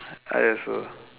I also